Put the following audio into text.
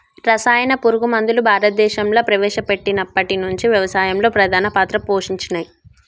రసాయన పురుగు మందులు భారతదేశంలా ప్రవేశపెట్టినప్పటి నుంచి వ్యవసాయంలో ప్రధాన పాత్ర పోషించినయ్